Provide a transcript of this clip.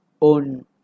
own